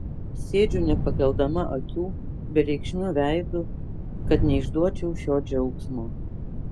sėdžiu nepakeldama akių bereikšmiu veidu kad neišduočiau šio džiaugsmo